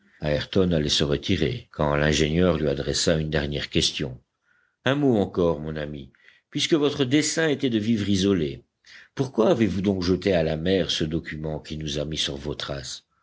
allait se retirer quand l'ingénieur lui adressa une dernière question un mot encore mon ami puisque votre dessein était de vivre isolé pourquoi avez-vous donc jeté à la mer ce document qui nous a mis sur vos traces